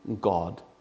God